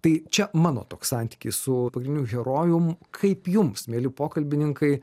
tai čia mano toks santykis su pagrindiniu herojum kaip jums mieli pokalbininkai